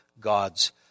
God's